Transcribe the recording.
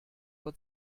vor